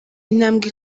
intambwe